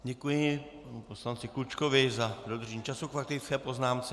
Děkuji panu poslanci Klučkovi za dodržení času k faktické poznámce.